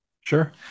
Sure